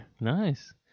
Nice